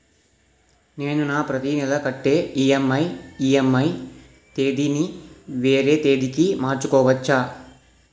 నేను నా ప్రతి నెల కట్టే ఈ.ఎం.ఐ ఈ.ఎం.ఐ తేదీ ని వేరే తేదీ కి మార్చుకోవచ్చా?